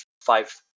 five